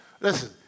listen